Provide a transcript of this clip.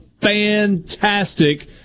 fantastic